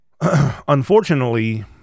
Unfortunately